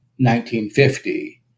1950